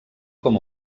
com